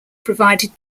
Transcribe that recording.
provided